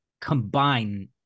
combine